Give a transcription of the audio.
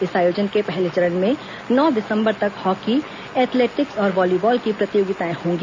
इस आयोजन के पहले चरण में नौ दिसंबर तक हॉकी एथलेटिक्स और व्हालीबॉल की प्रतियोगिताएं होंगी